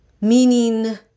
Meaning